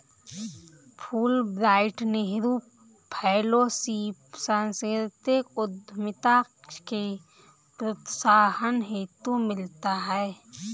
Fulbright Nehru fellowship सांस्कृतिक उद्यमिता के प्रोत्साहन हेतु मिलता है